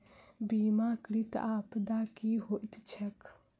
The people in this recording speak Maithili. बीमाकृत आपदा की होइत छैक?